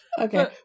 Okay